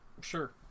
sure